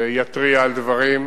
שיתריע על דברים,